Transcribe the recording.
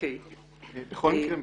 בכל מקרה,